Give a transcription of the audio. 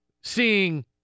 seeing